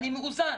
אני מאוזן.